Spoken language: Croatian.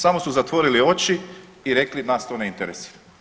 Samo su zatvorili oči i rekli nas to ne interesira.